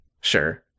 Sure